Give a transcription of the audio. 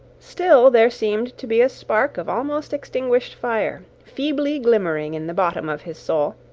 still there seemed to be a spark of almost extinguished fire, feebly glimmering in the bottom of his soul